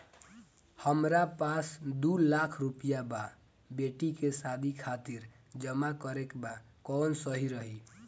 हमरा पास दू लाख रुपया बा बेटी के शादी खातिर जमा करे के बा कवन सही रही?